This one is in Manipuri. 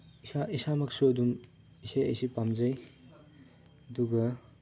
ꯏꯁꯥ ꯏꯁꯥꯃꯛꯁꯨ ꯑꯗꯨꯝ ꯏꯁꯩ ꯑꯁꯤ ꯄꯥꯝꯖꯩ ꯑꯗꯨꯒ